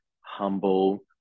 humble